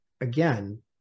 again